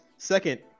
Second